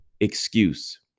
excuse